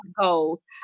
goals